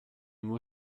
moi